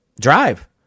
Drive